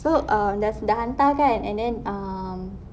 so err sudah sudah hantar kan and then um